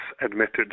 admitted